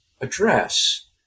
address